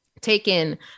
taken